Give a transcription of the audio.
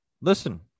listen